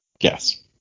Yes